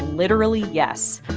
literally yes,